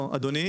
לא, אדוני.